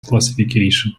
classification